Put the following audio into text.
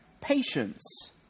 patience